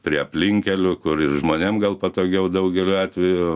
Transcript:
prie aplinkkelių kur ir žmonėm gal patogiau daugeliu atvejų